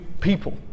people